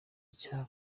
icyaha